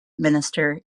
minister